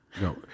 No